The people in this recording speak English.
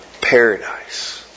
Paradise